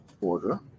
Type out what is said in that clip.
order